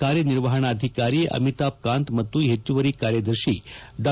ಕಾರ್ಯನಿರ್ವಹಣಾಧಿಕಾರಿ ಅಮಿತಾಭ್ ಕಾಂತ್ ಮತ್ತು ಪೆಚ್ಚುವರಿ ಕಾರ್ಯದರ್ಶಿ ಡಾ